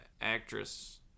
actress